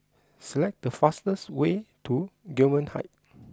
select the fastest way to Gillman Heights